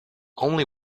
only